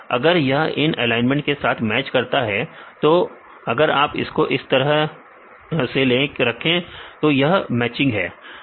अगर यह इन एलाइनमेंट के साथ मैच करता है तो अगर आप इसको इस तरह की से रखें तो यह मैचिंग है